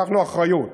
לקחנו אחריות.